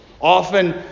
often